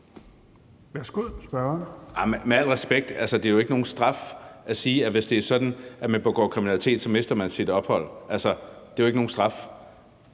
(KF): Jamen med al respekt – det er jo ikke nogen straf at sige, at hvis det er sådan, at man begår kriminalitet, mister man sit ophold. Altså, helt ærligt, det er jo ikke nogen straf.